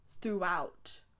throughout